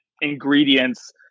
ingredients